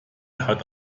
hat